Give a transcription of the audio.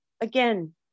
Again